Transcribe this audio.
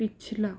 ਪਿਛਲਾ